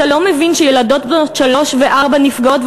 אתה לא מבין שילדות בנות שלוש וארבע נפגעות,